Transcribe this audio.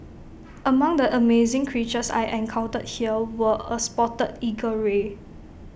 among the amazing creatures I encountered here were A spotted eagle ray